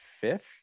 fifth